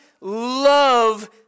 love